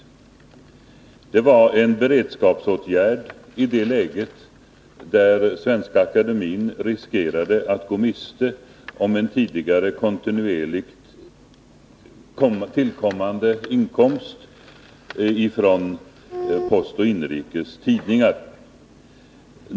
Det handlar om en beredskapsåtgärd i det läge då Svenska akademien riskerade att gå miste om tidigare kontinuerligt tillkommande inkomster ifrån Postoch Inrikes Tidningar.